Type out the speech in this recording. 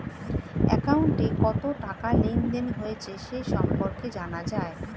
অ্যাকাউন্টে কত টাকা লেনদেন হয়েছে সে সম্পর্কে জানা যায়